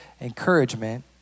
encouragement